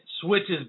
switches